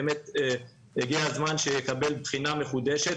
באמת הגיע הזמן שיקבל בחינה מחודשת.